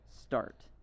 start